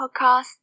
podcast